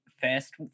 first